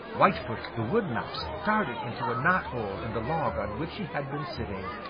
whitefoot the wood mouse darted into a knothole in the log on which he had been sitting.